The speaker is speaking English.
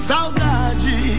Saudade